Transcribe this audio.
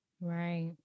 Right